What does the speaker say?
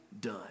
done